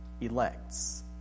elects